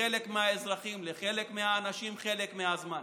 לחלק מהאזרחים, לחלק מהאנשים, חלק מהזמן,